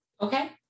okay